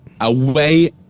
away